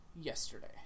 yesterday